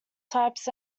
types